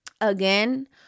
again